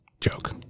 joke